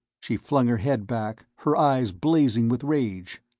she flung her head back, her eyes blazing with rage.